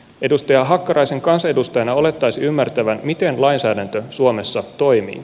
edustaja hakkaraisen kansanedustajana olettaisi ymmärtävän miten lainsäädäntö suomessa toimii